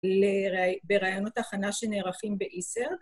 ברעיונות הכנה שנערכים באיסר.